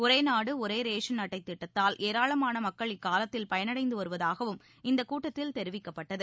ஒரேநாடுஒரேரேஷன் அட்டைதிட்டத்தால் ஏராளமானமக்கள் இக்காலத்தில் பயனடைந்துவருவதாகவும் இந்தக் கூட்டத்தில் தெரிவிக்கப்பட்டது